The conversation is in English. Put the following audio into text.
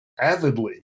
avidly